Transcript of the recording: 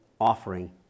offering